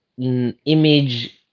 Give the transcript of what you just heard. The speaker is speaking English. image